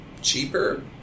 cheaper